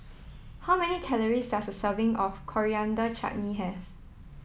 how many calories does a serving of Coriander Chutney have